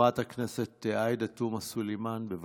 חברת הכנסת עאידה תומא סלימאן, בבקשה.